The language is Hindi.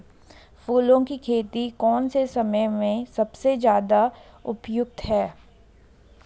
फूलों की खेती कौन से समय में सबसे ज़्यादा उपयुक्त है?